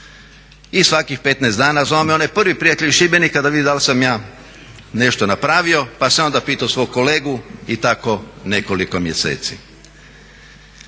I svakih 15 dana zvao me onaj prvi prijatelj iz Šibenika da vidi dal sam ja nešto napravio pa sam ja onda pitao svog kolegu i tako nekoliko mjeseci.